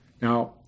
Now